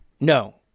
No